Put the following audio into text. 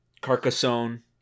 Carcassonne